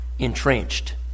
Entrenched